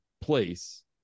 place